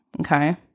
okay